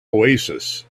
oasis